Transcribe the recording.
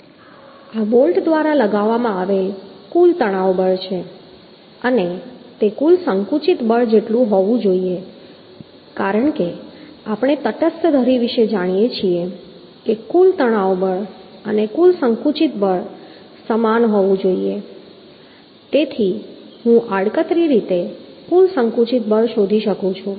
આ બોલ્ટ દ્વારા લગાવવામાં આવેલ કુલ તણાવ બળ છે અને તે કુલ સંકુચિત બળ જેટલું હોવું જોઈએ કારણ કે આપણે તટસ્થ ધરી વિશે જાણીએ છીએ કે કુલ તણાવ બળ અને કુલ સંકુચિત બળ સમાન હોવું જોઈએ તેથી હું આડકતરી રીતે કુલ સંકુચિત બળ શોધી શકું છું